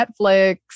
Netflix